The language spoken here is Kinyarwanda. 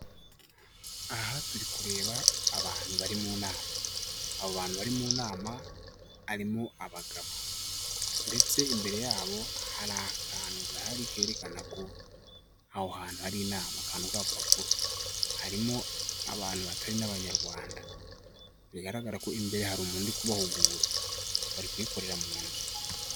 Aha turi kureba abantu bari mu nama. Abo bantu bari mu nama, harimo abagabo ndetse imbere yabo hari akantu gahari, kerekana ko aho hantu hari inama. Akantu k'agapapuro. Harimo abantu batari n'abanyarwanda. Bigaragara ko imbere hari umuntu uri kubahugura. Bari kuyikorera mu nzu.